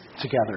Together